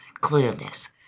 clearness